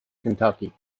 kentucky